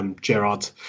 Gerard